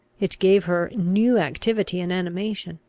it gave her new activity and animation.